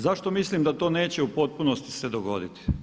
Zašto mislim da to neće u potpunosti se dogoditi.